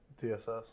TSS